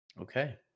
Okay